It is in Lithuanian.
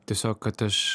tiesiog kad aš